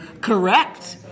Correct